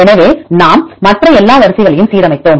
எனவே நாம் மற்ற எல்லா வரிசைகளையும் சீரமைத்தோம்